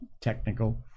technical